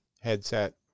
headset